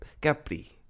Capri